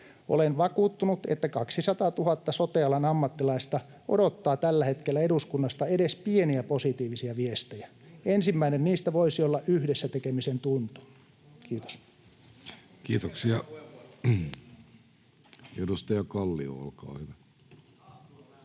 Olen vakuuttunut, että 200 000 sote-alan ammattilaista odottaa tällä hetkellä eduskunnasta edes pieniä positiivisia viestejä. [Tuomas Kettunen: Juuri näin!] Ensimmäinen niistä voisi olla yhdessä tekemisen tuntu. — Kiitos. [Joona Räsänen: Rakentava